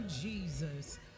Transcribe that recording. Jesus